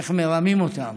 איך מרמים אותם,